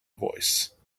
voice